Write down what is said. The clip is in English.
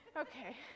Okay